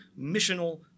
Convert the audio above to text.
missional